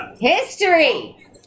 History